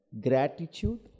gratitude